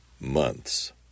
months